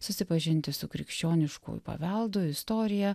susipažinti su krikščionišku paveldu istorija